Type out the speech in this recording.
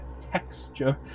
texture